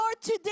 today